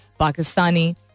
Pakistani